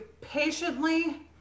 patiently